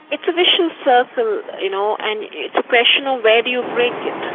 it's a vicious circle, you know, and it's a question of where do you break it?